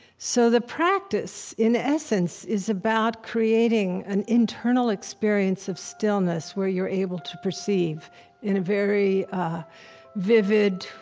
so the practice, in essence, is about creating an internal experience of stillness, where you're able to perceive in a very vivid,